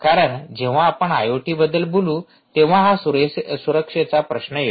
कारण जेव्हा आपण आयओटीबद्दल बोलू तेंव्हा हा सुरक्षेचा प्रश्न येतो